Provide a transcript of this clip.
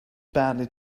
badly